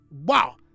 Wow